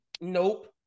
Nope